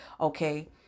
Okay